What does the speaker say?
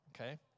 okay